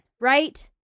right